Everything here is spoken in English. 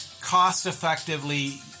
cost-effectively